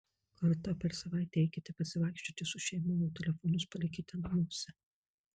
kartą per savaitę eikite pasivaikščioti su šeima o telefonus palikite namuose